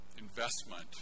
investment